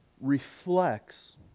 reflects